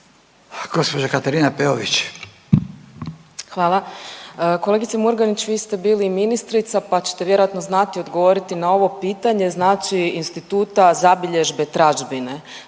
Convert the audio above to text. **Peović, Katarina (RF)** Hvala. Kolegice Murganić, vi ste bili i ministrica pa ćete vjerojatno znati odgovoriti na ovo pitanje, znači instituta zabilježbe tražbine.